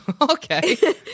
Okay